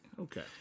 Okay